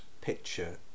picture